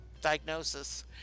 diagnosis